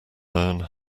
learn